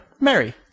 Mary